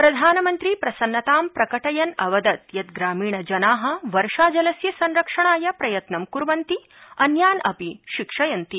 प्रधानमन्त्री प्रसन्नतां प्रकटयन् अवदत् यत् ग्रामीणजनाः वर्षाजलस्य संरक्षणाय प्रयत्नं कुर्वन्ति अन्यान् अपि शिक्षयन्ति